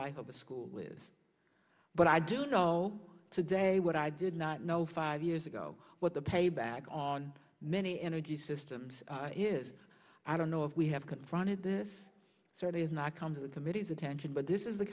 life of the school was but i do it all today what i did not know five years ago what the payback on many energy systems is i don't know if we have confronted this so it is not come to the committee's attention but this is the